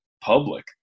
public